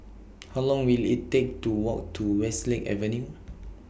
How Long Will IT Take to Walk to Westlake Avenue